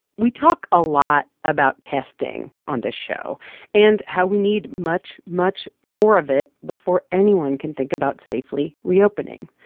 we talk a lot about testing on this show and how we need much, much more of it before anyone can think about safely reopening.